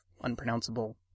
unpronounceable